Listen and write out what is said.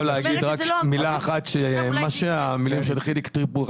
חושב שאם המילים שאמר חילי טרופר